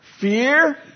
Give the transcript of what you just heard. Fear